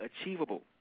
achievable